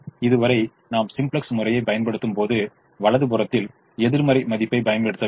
இதுவரை நாம் சிம்ப்ளக்ஸ் முறையை பயன்படுத்தும் போது வலது புறத்தில் எதிர்மறை மதிப்பைப் பயன்படுத்தவில்லை